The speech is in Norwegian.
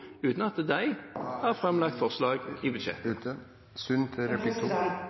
uten at de har framlagt forslag i